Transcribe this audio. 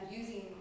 using